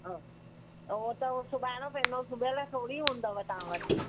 अ उहो त उहो सुबाइणो पवंदो सुबियलु थोरी हूंदव तव्हां वटि